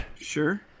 Sure